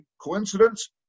Coincidence